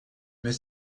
mais